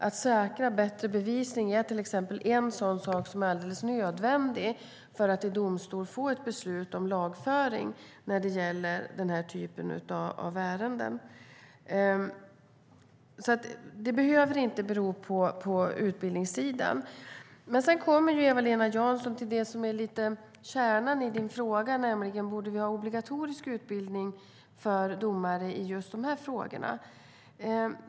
Att säkra bättre bevisning är till exempel en sak som är alldeles nödvändig för att man i domstol ska få ett beslut om lagföring när det gäller denna typ av ärenden. Det hela behöver alltså inte bero på utbildningssidan. Sedan kommer Eva-Lena Jansson till det som är lite av kärnan i frågan, nämligen om vi borde ha obligatorisk utbildning för domare i just de här frågorna.